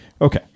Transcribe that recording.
Okay